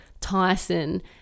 Tyson